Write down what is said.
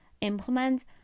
implement